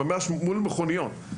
ממש מול מכוניות,